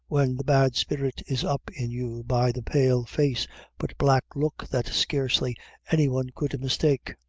when the bad spirit is up in you by the pale face but black look that scarcely any one could mistake.